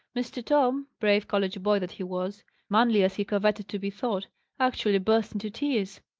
mr. tom, brave college boy that he was manly as he coveted to be thought actually burst into tears.